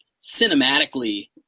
cinematically